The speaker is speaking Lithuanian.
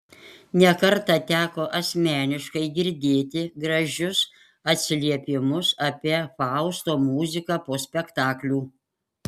ne kartą teko asmeniškai girdėti gražius atsiliepimus apie fausto muziką po spektaklių